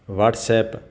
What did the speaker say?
WhatsApp